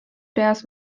peas